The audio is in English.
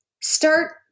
start